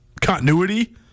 continuity